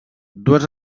dues